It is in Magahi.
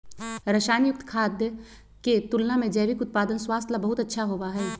रसायन युक्त खाद्य के तुलना में जैविक उत्पाद स्वास्थ्य ला बहुत अच्छा होबा हई